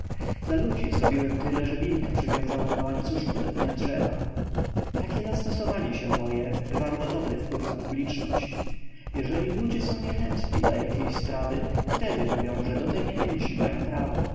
dla ludzi zrobiłem tyle że wilka przywiązałem na łańcuszku do pnia drzewa takie zastosowanie się moje wywarło dobry wpływ na publiczność jeżeli ludzie są niechętni dla jakiejś sprawy wtedy mówią że do tej niechęci mają prawo